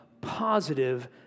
positive